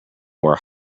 were